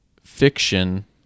fiction